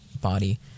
body